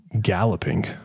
Galloping